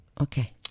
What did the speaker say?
Okay